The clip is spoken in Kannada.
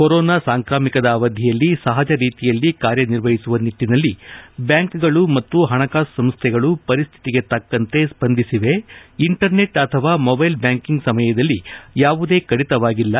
ಕೋರೊನಾ ಸಾಂಕ್ರಾಮಿಕದ ಅವಧಿಯಲ್ಲಿ ಸಹಜ ರೀತಿಯಲ್ಲಿ ಕಾರ್ಯ ನಿರ್ವಹಿಸುವ ನಿಟ್ಟಿನಲ್ಲಿ ಬ್ಯಾಂಕ್ಗಳು ಮತ್ತು ಪಣಕಾಸು ಸಂಸ್ಟೆಗಳು ಪರಿಸ್ಥಿತಿಗೆ ತಕ್ಕಂತೆ ಸ್ಪಂದಿಸಿವೆ ಇಂಟರ್ನೆಟ್ ಅಥವಾ ಮೊಬೈಲ್ ಬ್ಯಾಂಕಿಂಗ್ ಸಮಯದಲ್ಲಿ ಯಾವುದೇ ಕಡಿತವಾಗಿಲ್ಲ